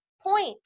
point